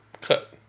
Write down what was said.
cut